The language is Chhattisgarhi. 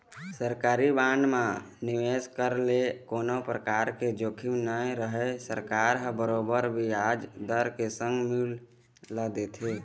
सरकारी बांड म निवेस करे ले कोनो परकार के जोखिम नइ रहय सरकार ह बरोबर बियाज दर के संग मूल ल देथे